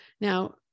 Now